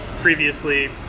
previously